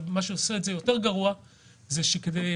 בנוסף,